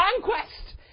conquest